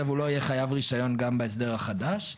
הוא לא יהיה חייב רישיון גם בהסדר החדש.